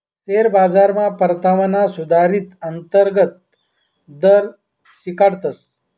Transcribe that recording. share बाजारमा परतावाना सुधारीत अंतर्गत दर शिकाडतस